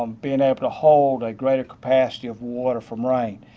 um being able to hold a greater capacity of water from rain.